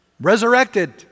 resurrected